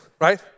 right